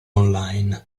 online